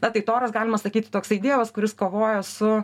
na tai toras galima sakyti toksai dievas kuris kovoja su